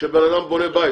כאשר בן אדם בונה בית,